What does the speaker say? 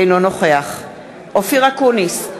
אינו נוכח אופיר אקוניס,